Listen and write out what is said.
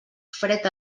fred